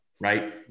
right